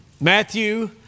Matthew